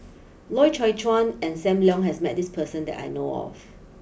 Loy Chye Chuan and Sam Leong has met this person that I know of